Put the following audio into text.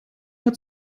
hat